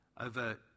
Over